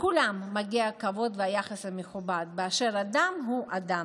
לכולם מגיע כבוד ויחס מכובד, לאדם באשר הוא אדם,